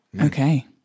Okay